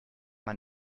man